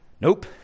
Nope